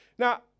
Now